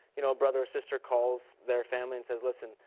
you know, brother or sister calls their family and says, listen,